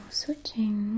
switching